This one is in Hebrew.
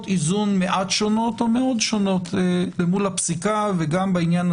איזון מעט או מאוד שונות לעומת הפסיקה הקיימת.